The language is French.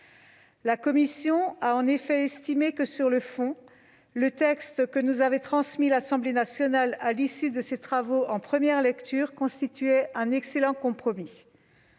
La commission a en effet estimé que, sur le fond, le texte que nous avait transmis l'Assemblée nationale à l'issue de ses travaux en première lecture constituait un excellent compromis.